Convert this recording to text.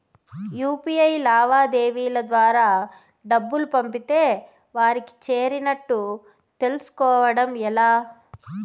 UPI లావాదేవీల ద్వారా డబ్బులు పంపితే వారికి చేరినట్టు తెలుస్కోవడం ఎలా?